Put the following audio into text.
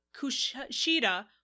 Kushida